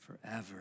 Forever